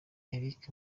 eric